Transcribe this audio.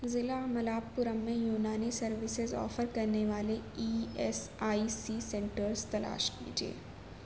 ضلع ملاپورم میں Unani services offer کرنے والے E S I C centres تلاش کیجیے